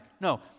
No